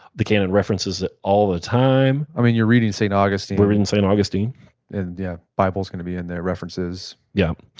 the canon references it all the time you're reading st. augustine we're reading st. augustine the and yeah bible's going to be in there, references yeah.